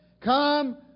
come